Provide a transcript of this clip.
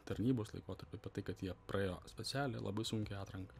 tarnybos laikotarpį apie tai kad jie praėjo specialią labai sunkią atranką